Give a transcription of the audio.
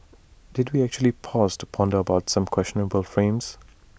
did we actually pause to ponder about some questionable frames